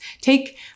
Take